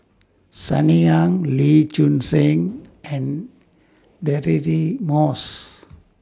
Sunny Ang Lee Choon Seng and Deirdre Moss